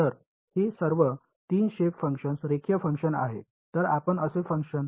तर ही सर्व 3 शेप फंक्शन्स रेखीय फंक्शन्स आहेत